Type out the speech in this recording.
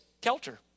Kelter